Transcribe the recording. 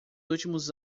últimos